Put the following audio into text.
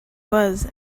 was